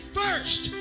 first